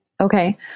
Okay